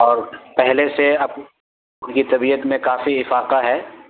اور پہلے سے اب ان کی طبیعت میں کافی افاقہ ہے